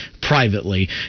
privately